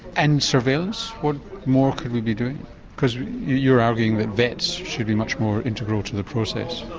and surveillance what more could we be doing because you're arguing that vets should be much more integral to the process.